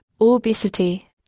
obesity